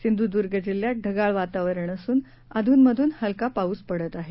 सिंधुदुर्ग जिल्ह्यात ढगा वातावरण असून अधून मधून हलका पाऊस पडत आहे